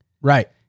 Right